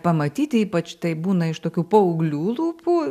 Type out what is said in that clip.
pamatyti ypač tai būna iš tokių paauglių lūpų